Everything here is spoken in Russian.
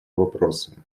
вопроса